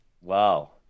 Wow